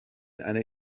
einer